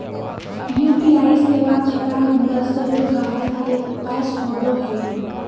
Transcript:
UPI सेवा खता नंबर सभे गाहक के पास होबो हइ